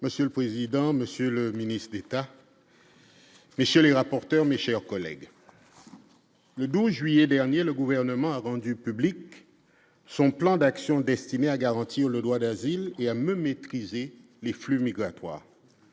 Monsieur le président, monsieur le ministre d'État. Messieurs les rapporteurs, mes chers collègues, le 12 juillet dernier, le gouvernement a rendu public son plan d'action destiné à garantir le droit d'asile et à me maîtriser les flux migratoires,